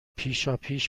پیشاپیش